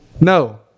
No